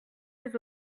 les